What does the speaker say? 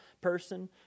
person